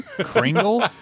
Kringle